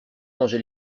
mangé